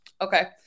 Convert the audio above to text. Okay